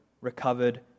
recovered